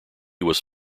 was